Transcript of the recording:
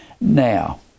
Now